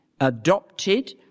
adopted